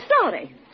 sorry